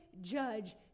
judge